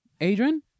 Adrian